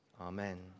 Amen